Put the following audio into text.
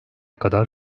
kadar